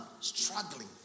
struggling